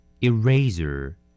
eraser